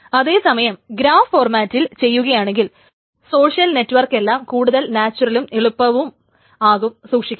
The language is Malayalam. അതെ സമയം ഗ്രാഫ് ഫോർമാറ്റിൽ ചെയ്യുകയാണെങ്കിൽ സോഷ്യൽ നെറ്റ്വർക്കെല്ലാം കൂടുതൽ നാച്വറലും എളുപ്പവുമാകും സൂക്ഷിക്കാൻ